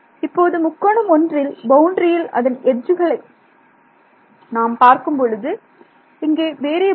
இப்போது முக்கோணம் ஒன்றில் பவுண்டரியில் அதன் எட்ஜ்களை நாம் பார்க்கும் பொழுது இங்கே வேறியபில்